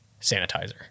sanitizer